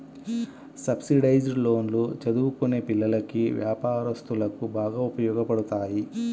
subsidised లోన్లు చదువుకునే పిల్లలకి, వ్యాపారస్తులకు బాగా ఉపయోగపడతాయి